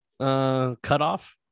cutoff